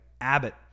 Abbott